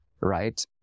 right